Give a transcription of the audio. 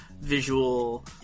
visual